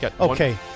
okay